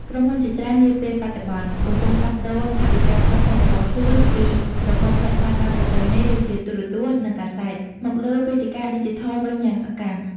ក្រុមហ៊ុនជាច្រើននាពេលបច្ចុប្បន្នកំពុងផ្លាស់ប្តូរថវិកាផ្សព្វផ្សាយរបស់ខ្លួនពីប្រព័ន្ធផ្សព្វផ្សាយបែបប្រពៃណី ដូចជាទូរទស្សន៍ និងកាសែត មកលើវេទិកាឌីជីថលវិញយ៉ាងសកម្ម។